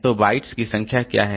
तो बाइट्स की संख्या क्या है